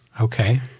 Okay